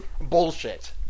Bullshit